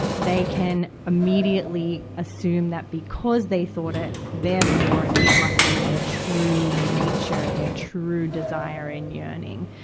they can immediately assume that because they thought it, therefore it must be their true nature, their true desire and yearning,